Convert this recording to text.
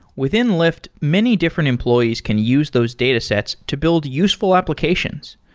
within lyft, many different employees can use those datasets to build useful applications.